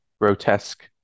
grotesque